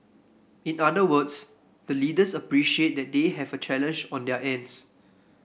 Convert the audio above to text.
in other words the leaders appreciate that they have a challenge on their ends